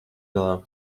galā